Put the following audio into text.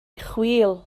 chwil